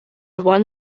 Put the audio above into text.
won